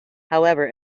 however